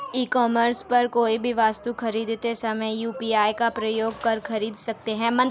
ई commerce पर कोई भी वस्तु खरीदते समय यू.पी.आई का प्रयोग कर खरीद सकते हैं